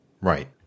Right